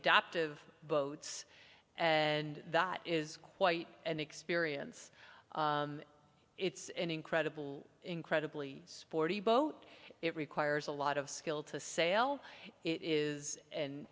adoptive boats and that is quite an experience it's an incredible incredibly sporty boat it requires a lot of skill to sail it is an